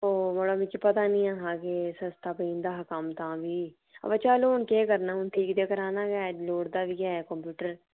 ठीक कराया ते होई जाग ठीक ओह् मड़ा मिगी पता नेईं हा जे सस्ता पेई जंदा हा कम्म तां बी पर चल हून केह् करना ठीक ते कराना गै ऐ लोड़दा बी ऐ कम्प्यूटर